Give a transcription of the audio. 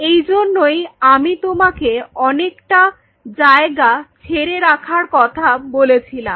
এই জন্যই আমি তোমাকে অনেকটা জায়গা ছেড়ে রাখার কথা বলেছিলাম